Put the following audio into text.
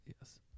Yes